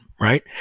right